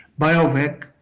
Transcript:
biovec